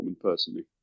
personally